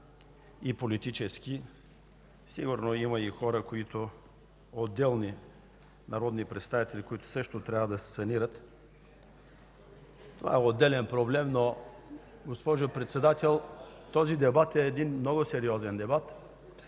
Това е много сериозен